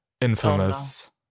infamous